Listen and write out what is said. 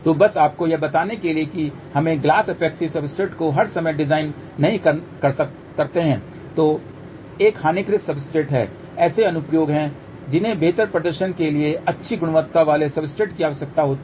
तो बस आपको यह बताने के लिए कि हमें ग्लास एपॉक्सी सब्सट्रेट को हर समय डिज़ाइन नहीं करते है जो एक हानिरहित सब्सट्रेट है ऐसे अनुप्रयोग हैं जिन्हें बेहतर प्रदर्शन के लिए अच्छी गुणवत्ता वाले सब्सट्रेट की आवश्यकता होती है